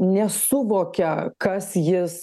nesuvokia kas jis